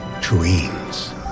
dreams